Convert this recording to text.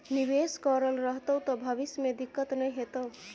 निवेश करल रहतौ त भविष्य मे दिक्कत नहि हेतौ